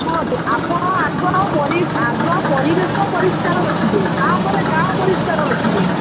ଶୁଣନ୍ତୁ ଆପଣ ଆଗ ପରି ଆଗ ପରିବେଶ ପରିଷ୍କାର ରଖିବେ ତା'ପରେ ଗାଁ ପରିଷ୍କାର ରଖିବେ